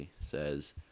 says